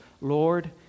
Lord